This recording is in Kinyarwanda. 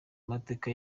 mateka